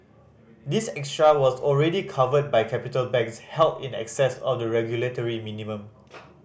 this extra was already covered by capital banks held in excess of the regulatory minimum